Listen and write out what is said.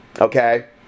Okay